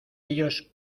ellos